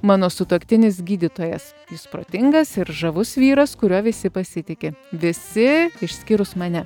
mano sutuoktinis gydytojas jis protingas ir žavus vyras kuriuo visi pasitiki visi išskyrus mane